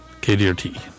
KDRT